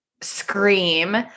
scream